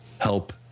help